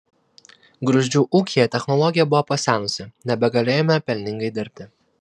gruzdžių ūkyje technologija buvo pasenusi nebegalėjome pelningai dirbti